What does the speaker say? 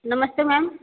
नमस्ते मैम